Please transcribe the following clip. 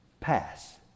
pass